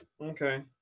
Okay